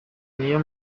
niyo